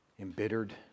embittered